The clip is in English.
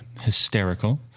hysterical